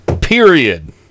period